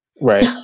Right